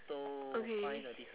okay